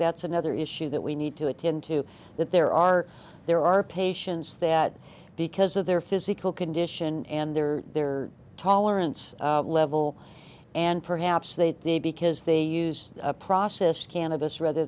that's another issue that we need to attend to that there are there are patients that because of their physical condition and their their tolerance level and perhaps that they because they use a process cannabis rather